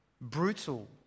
brutal